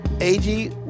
AG